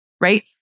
right